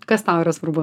kas tau yra svarbu